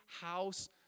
house